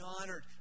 honored